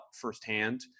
firsthand